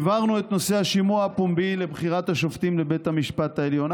העברנו את נושא השימוע הפומבי לבחירת השופטים לבית המשפט העליון.